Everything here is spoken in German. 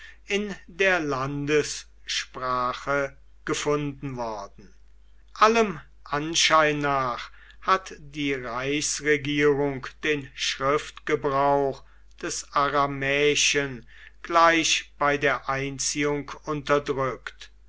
in der landessprache gefunden worden allem anschein nach hat die reichsregierung den schriftgebrauch des aramäischen gleich bei der einziehung unterdrückt